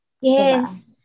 Yes